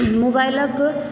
मोबाइलक